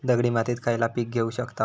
दगडी मातीत खयला पीक घेव शकताव?